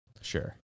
Sure